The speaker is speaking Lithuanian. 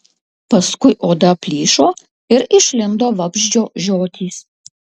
paskui oda plyšo ir išlindo vabzdžio žiotys